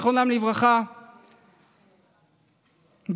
זיכרונם לברכה,